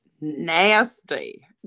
nasty